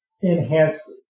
enhanced